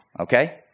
Okay